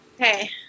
Okay